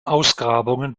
ausgrabungen